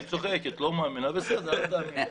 היא צוחקת, לא מאמינה, בסדר.